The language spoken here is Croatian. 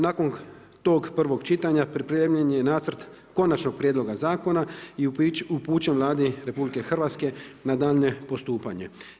Nakon tog prvog čitanja pripremljen je Nacrt konačnog prijedloga zakona i upućen Vladi RH na daljnje postupanje.